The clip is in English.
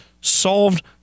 solved